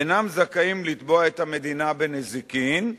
אינם זכאים לתבוע את המדינה בנזיקין,